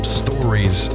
stories